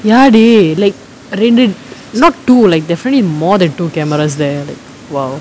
ya டீ:dee like ரெண்டு:rendu not two like definitely more than two cameras they have like !wow!